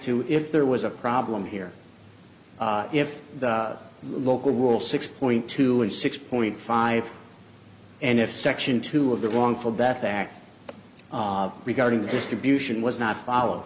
to if there was a problem here if the local rule six point two and six point five and if section two of the wrongful death act of regarding the distribution was not follow